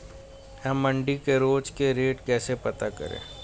हम मंडी के रोज के रेट कैसे पता करें?